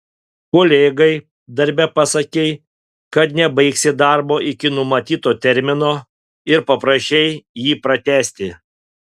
kolegai darbe pasakei kad nebaigsi darbo iki numatyto termino ir paprašei jį pratęsti